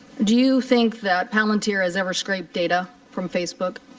do you think that palintier has ever scraped data from facebook?